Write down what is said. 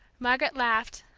margaret laughed,